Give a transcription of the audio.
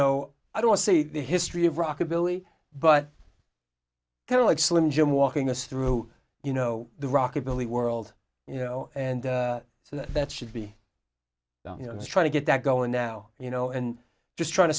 know i don't see the history of rockabilly but they're like slim jim walking us through you know the rockabilly world you know and so that should be you know trying to get that going now you know and just trying to